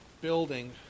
building